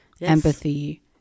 empathy